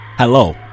Hello